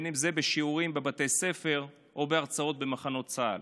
ואם בשיעורים בבית ספר או בהרצאות במחנות צה"ל.